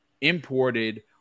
Imported